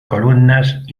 columnas